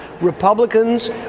Republicans